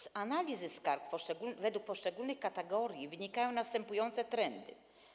Z analizy skarg według poszczególnych kategorii wynikają następujące trendy.